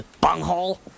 Bunghole